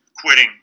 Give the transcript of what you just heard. quitting